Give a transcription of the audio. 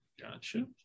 Gotcha